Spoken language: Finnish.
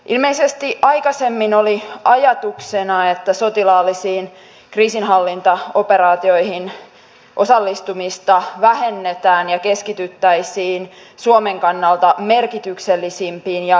ilmeisesti aikaisemmin oli ajatuksena että sotilaallisiin kriisinhallintaoperaatioihin osallistumista vähennetään ja keskityttäisiin suomen kannalta merkityksillisimpiin ja vaikuttavimpiin operaatioihin